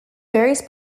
various